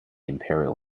imperial